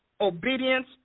obedience